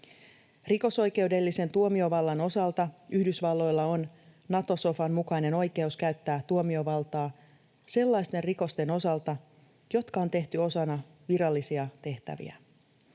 Rikosoikeudellisen tuomiovallan osalta Yhdysvalloilla on Nato-sofan mukainen oikeus käyttää tuomiovaltaa sellaisten rikosten osalta, jotka on tehty osana virallisia tehtäviä.